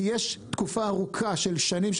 כי יש תקופה ארוכה של שנים,